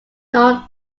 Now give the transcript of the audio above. known